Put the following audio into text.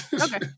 Okay